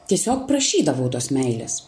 tiesiog prašydavau tos meilės